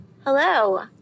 hello